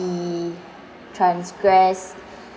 we transgress